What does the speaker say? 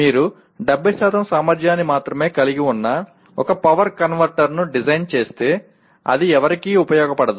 మీరు 70 సామర్థ్యాన్ని మాత్రమే కలిగి ఉన్న ఒక పవర్ కన్వర్టర్ను డిజైన్ చేస్తే అది ఎవరికీ ఉపయోగపడదు